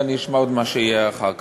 ואני אשמע עוד מה שיהיה אחר כך.